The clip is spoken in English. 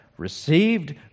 Received